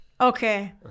Okay